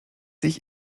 sich